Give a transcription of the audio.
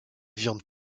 viande